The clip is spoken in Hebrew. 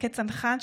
כצנחן,